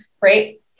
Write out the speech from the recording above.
right